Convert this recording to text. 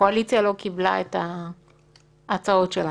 הקואליציה לא קיבלה את ההצעות שלנו?